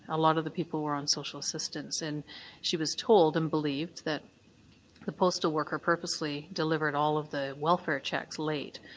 a lot of the people were on social assistance, and she was told, and believed, that the postal worker purposely delivered all of the welfare cheques late,